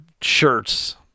shirts